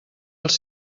els